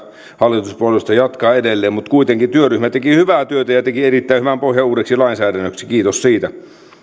hallituspuolueista jatkaa edelleen mutta kuitenkin työryhmä teki hyvää työtä ja teki erittäin hyvän pohjan uudeksi lainsäädännöksi kiitos siitä